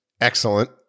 excellent